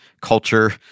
culture